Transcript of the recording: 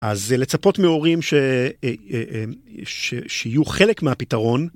אז לצפות מהורים שיהיו חלק מהפתרון.